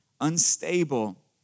unstable